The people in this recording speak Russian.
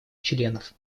членов